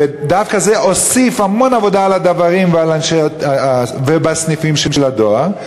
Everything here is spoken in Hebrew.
ודווקא זה הוסיף המון עבודה לדוורים ולסניפים של הדואר.